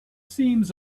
seems